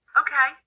okay